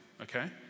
Okay